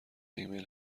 ایمیل